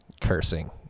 cursing